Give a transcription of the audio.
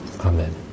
Amen